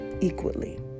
Equally